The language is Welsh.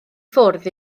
ffwrdd